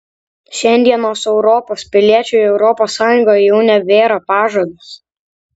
šiandienos europos piliečiui europos sąjunga jau nebėra pažadas